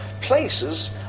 places